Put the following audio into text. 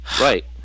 Right